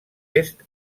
est